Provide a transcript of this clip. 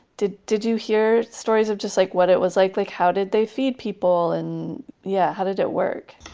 did did you hear stories of just like what it was like? like how did they feed people? and yeah how how did it work?